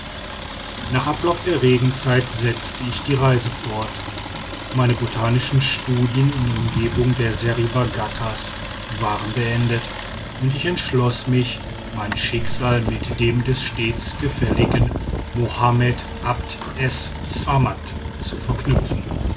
nach ablauf der regenzeit setzte ich die reise fort meine botanischen studien in der umgebung der seriba ghattas waren beendet und ich entschloß mich mein schicksal mit dem des stets gefälligen mohammed abd es ssammat zu verknüpfen